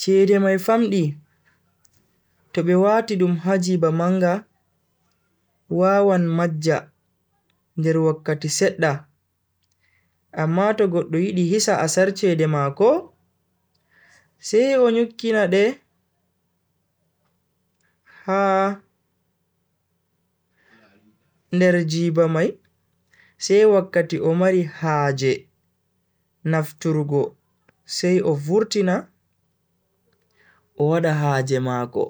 chede mai famdi to be wati dum ha jiba manga wawan majja nder wakkati sedda amma to goddo yidi hisa asar chede mako, sai o nyukkina de ha nder jiba mai sai wakkati o mari haje nafturgo sai o vurtina o wada haje mako.